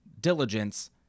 diligence